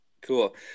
Cool